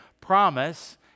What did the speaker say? promise